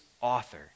author